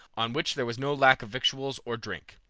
on which there was no lack of victuals or drink.